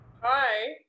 Hi